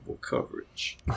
coverage